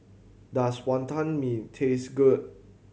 does Wonton Mee taste good